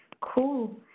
Cool